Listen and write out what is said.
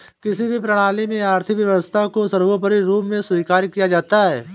किसी भी प्रणाली में आर्थिक व्यवस्था को सर्वोपरी रूप में स्वीकार किया जाता है